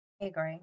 agree